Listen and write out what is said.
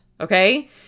Okay